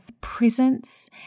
presence